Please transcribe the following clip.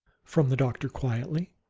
from the doctor, quietly.